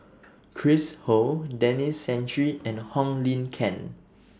Chris Ho Denis Santry and Wong Lin Ken